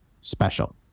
special